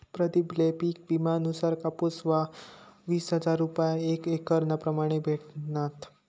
प्रदीप ले पिक विमा नुसार कापुस म्हा वीस हजार रूपया एक एकरना प्रमाणे भेटनात